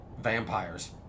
vampires